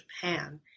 Japan